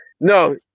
No